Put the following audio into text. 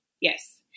yes